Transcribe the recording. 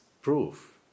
proof